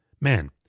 Man